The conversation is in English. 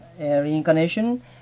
reincarnation